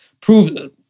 prove